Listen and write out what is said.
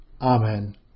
Amen